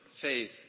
faith